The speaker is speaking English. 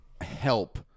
help